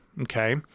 okay